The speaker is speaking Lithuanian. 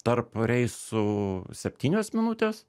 tarp reisų septynios minutės